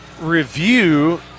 review